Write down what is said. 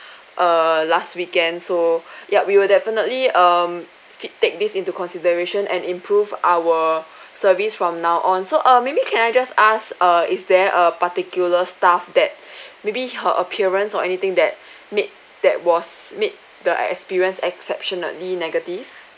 err last weekend so yup we will definitely um fe~ take this into consideration and improve our service from now on so uh maybe can I just ask err is there a particular staff that maybe her appearance or anything that made that was made the experience exceptionally negative